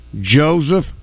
joseph